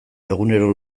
egunero